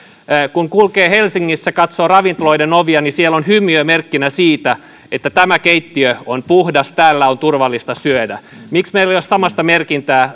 kun kulkee helsingissä katsoo ravintoloiden ovia niin siellä on hymiö merkkinä siitä että tämä keittiö on puhdas täällä on turvallista syödä miksi meillä ei ole samanlaista merkintää